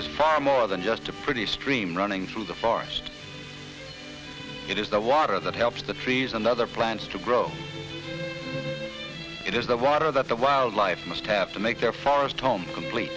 is far more than just a pretty stream running through the forest it is the water that helps the trees and other plants to grow it is the water that the wildlife must have to make their forest home complete